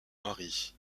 mari